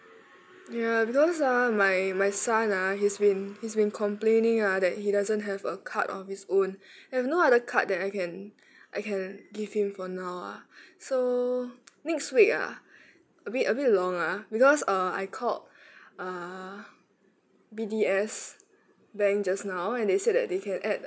ya because uh my my son ah he's been he's been complaining ah that he doesn't have a card of his own you have no other card that I can I can give him for now ah so next week ah a bit a bit long ah because err I called err B D S bank just now and they said that they can add